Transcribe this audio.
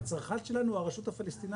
הצרכן שלנו זה הרשות הפלסטינאית,